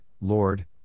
Lord